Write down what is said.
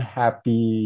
happy